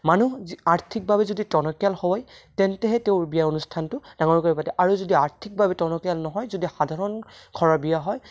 মানুহ যি আৰ্থিকভাৱে যদি টনকিয়াল হয় তেন্তেহে তেওঁৰ বিয়া অনুষ্ঠানটো ডাঙৰকৈ পাতে আৰু যদি আৰ্থিকভাৱে টনকিয়াল নহয় যদি সাধাৰণ ঘৰৰ বিয়া হয়